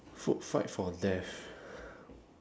food fight for death